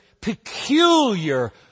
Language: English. peculiar